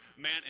man